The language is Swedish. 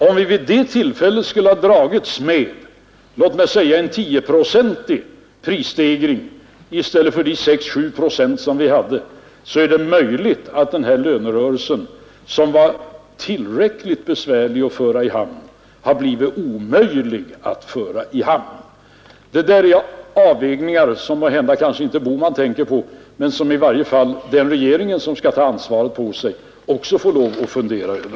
Om vi vid det tillfället skulle ha dragits med låt mig säga en tioprocentig prisstegring i stället för de sex å sju procent som vi hade, är det möjligt att denna lönerörelse, som var tillräckligt besvärlig att föra i hamn, hade blivit omöjlig att klara. Detta är avvägningar som måhända inte herr Bohman tänker på, men som i varje fall den regering som skall ta ansvaret också får lov att fundera över.